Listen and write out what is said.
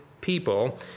people